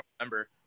remember